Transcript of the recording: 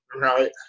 right